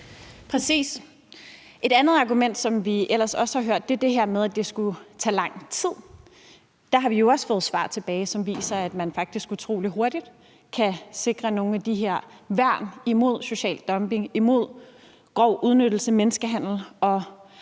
Præcis. Et andet argument, som vi ellers også har hørt, er det her med, at det skulle tage lang tid. Der har vi jo også fået svar tilbage, som viser, at man faktisk utrolig hurtigt kan sikre nogle af de her værn imod social dumping, grov udnyttelse, menneskehandel og